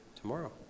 tomorrow